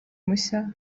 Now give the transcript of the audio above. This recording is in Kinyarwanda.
mushya